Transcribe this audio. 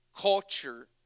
culture